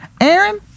Aaron